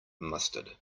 mustard